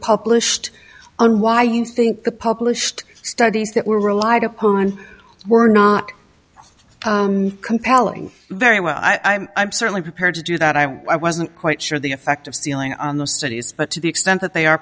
published on why you think the published studies that were relied upon were not compelling very well i'm certainly prepared to do that i wasn't quite sure the effect of sealing on the cities but to the extent that they are